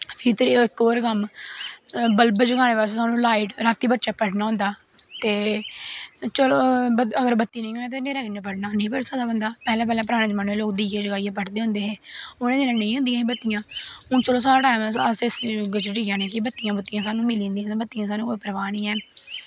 फ्ही इक होर कम्म बल्ब जगानै बास्तै सानूं लाइट रातीं बच्चैं पढ़ना होंदा ते चल अगर बत्ती नेईं होऐ ते न्हेरै कि'यां पढ़ना नेईं पड़ी सकदा बंदा पैह्लैं पैह्लैं परानैं जमानैं च लोग दीये जगाइयै पढ़दे होंदे हे उ'नें दिनें नेईं होंदियां हां बत्तियां हून चलो साढ़ा टैम ऐ अस इस चीज च कि बत्तियां बुत्तियां सानूं मिली जंदियां बत्तियाें दी सानूं कोई परवाह् निं ऐ